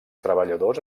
treballadors